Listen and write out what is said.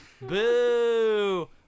boo